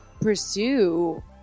pursue